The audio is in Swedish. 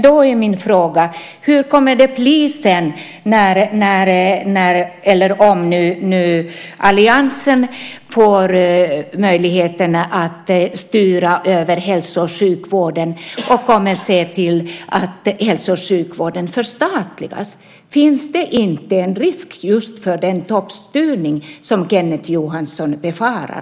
Då är min fråga: Hur kommer det att bli sedan när eller om alliansen får möjligheten att styra över hälso och sjukvården och kommer att se till att hälso och sjukvården förstatligas? Finns det inte en risk just för en sådan toppstyrning som Kenneth Johansson befarar?